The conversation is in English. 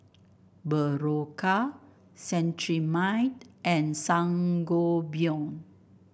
Berocca Cetrimide and Sangobion